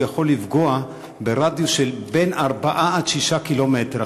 הוא יכול לפגוע ברדיוס של 4 6 קילומטר,